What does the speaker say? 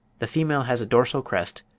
the female has a dorsal crest,